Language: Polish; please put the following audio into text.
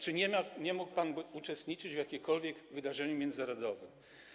Czy nie mógł pan uczestniczyć w jakimkolwiek wydarzeniu międzynarodowym?